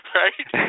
right